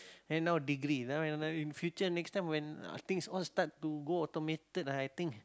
and now degree now now in future next time when uh things all start to go automated ah I think